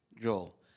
Joel